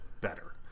better